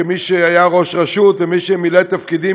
כמי שהיה ראש רשות ומי שמילא תפקידים,